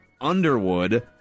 Underwood